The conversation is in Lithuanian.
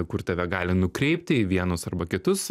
kur tave gali nukreipti į vienus arba kitus